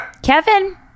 kevin